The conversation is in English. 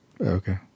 Okay